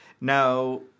Now